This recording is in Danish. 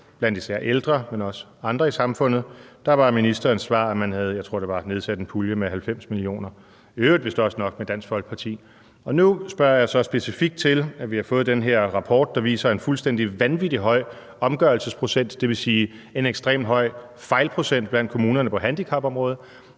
blandt ældre, men også blandt andre i samfundet. Der var ministerens svar, at man havde oprettet en pulje på 90 mio. kr., tror jeg det var – det var vist i øvrigt også sammen med Dansk Folkeparti. Nu spørger jeg så specifikt til den her rapport, som vi har fået, der viser en fuldstændig vanvittig høj omgørelsesprocent, dvs. en ekstremt høj fejlprocent, i kommunerne på handicapområdet,